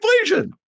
inflation